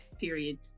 period